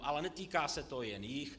Ale netýká se to jen jich.